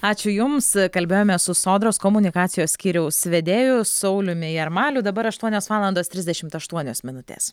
ačiū jums kalbėjome su sodros komunikacijos skyriaus vedėju sauliumi jarmaliu dabar aštuonios valandos trisdešimt aštuonios minutės